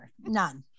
None